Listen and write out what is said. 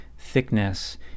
thickness